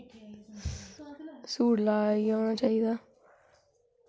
suit लाईयै औना चाहिदा